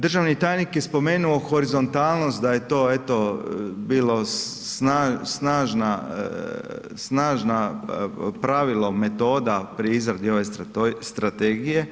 Državni tajnik je spomenuo horizontalnost, da je to eto bilo snažna pravilo, metoda pri izradi ove Strategije.